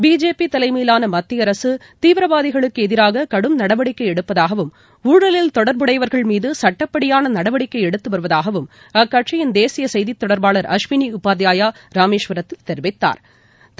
பிஜேபிதலைமையிலானமத்தியஅரசு தீவிரவாதிகளுக்குஎதிராககடும் நடவடிக்கைஎடுப்பதாகவும் ஊழலில் தொடர்புடையவர்கள் மீதுசட்டப்படியானநடவடிக்கைஎடுத்துவருவதாகவும் அக்கட்சியின் தேசியசெய்திதொடர்பாளர் அஸ்வினிஉபாத்யாயாராமேஸ்வரத்தில் தெரிவித்தாா்